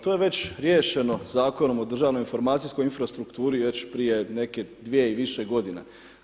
To je već riješeno Zakonom o državnoj informacijskoj infrastrukturi već prije neke 2 i više godina.